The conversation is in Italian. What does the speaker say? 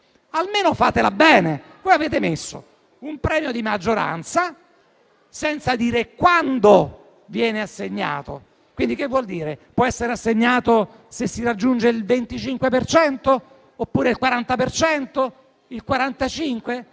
almeno fatela bene. Avete messo un premio di maggioranza senza dire quando viene assegnato. Quindi cosa vuol dire? Può essere assegnato se si raggiunge il 25 per cento, oppure